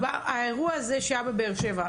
האירוע הזה שהיה בבאר שבע,